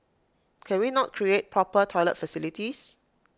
can we not create proper toilet facilities